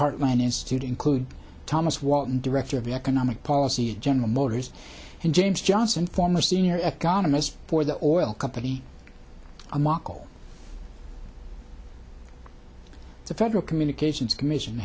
heartland institute include thomas walton director of economic policy general motors and james johnson former senior economist for the oil company a mochel the federal communications commission